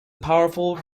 powerful